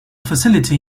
facility